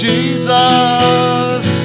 Jesus